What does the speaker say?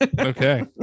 Okay